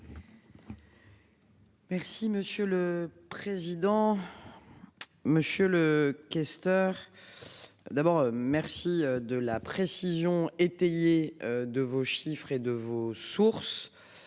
Merci monsieur le président. Monsieur le questeur. D'abord merci de la précision étayé de vos chiffres et de vos sources.